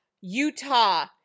Utah